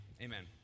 Amen